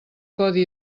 codi